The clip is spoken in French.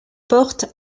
porte